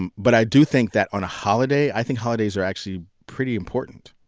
and but i do think that on a holiday, i think holidays are actually pretty important.